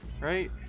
Right